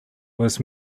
was